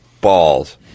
balls